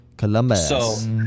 Columbus